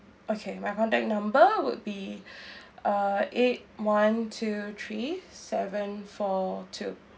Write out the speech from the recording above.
okay my contact number would be uh eight one two three seven four two